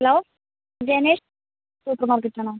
hello Janesh supermarket ആണോ